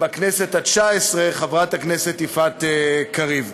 בכנסת התשע-עשרה, חברת הכנסת יפעת קריב.